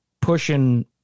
pushing